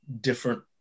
different